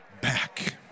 back